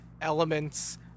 elements